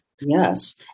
Yes